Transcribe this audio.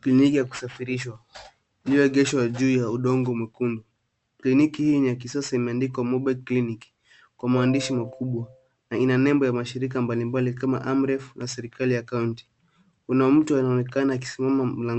Kliniki ya kusafirishwa imeegeshwa juu ya udongo mkavu. Kliniki hii ya kisasa imetambulishwa kama Mobile Clinic, ikiwa na maandishi makubwa na nembo za mashirika mbalimbali kama AMREF na serikali ya kaunti. Ina mwonekano wa kifahari na